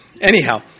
Anyhow